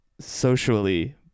Socially